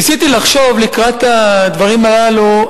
ניסיתי לחשוב, לקראת הדברים הללו,